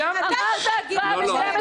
היתה צריכה להיות הצבעה ב-12:15.